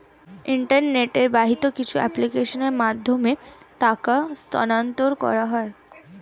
internet বাহিত কিছু অ্যাপ্লিকেশনের মাধ্যমে টাকা স্থানান্তর করা হয়